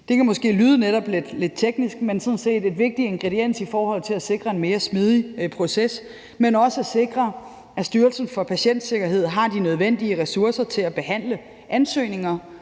Det kan måske netop lyde lidt teknisk, men det er sådan set en vigtig ingrediens i forhold til at sikre en mere smidig proces, men også i forhold til at sikre, at Styrelsen for Patientsikkerhed har de nødvendige ressourcer til at behandle ansøgninger,